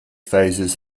phases